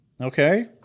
Okay